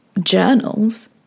journals